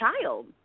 child